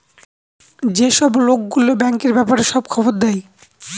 যেসব লোক গুলো ব্যাঙ্কের ব্যাপারে সব খবর দেয়